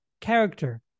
character